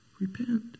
Repent